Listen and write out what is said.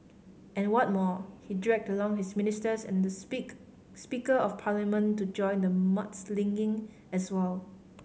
and what more he dragged along his ministers and the speak Speaker of Parliament to join the mudslinging as well